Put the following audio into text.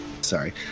Sorry